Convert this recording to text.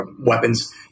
weapons